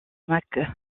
mac